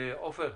עופר,